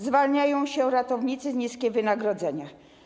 Zwalniają się ratownicy, niskie wynagrodzenia.